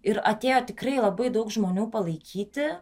ir atėjo tikrai labai daug žmonių palaikyti